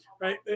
Right